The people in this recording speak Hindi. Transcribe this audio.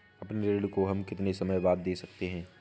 अपने ऋण को हम कितने समय बाद दे सकते हैं?